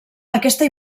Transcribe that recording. aquesta